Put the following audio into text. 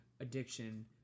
addiction